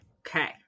Okay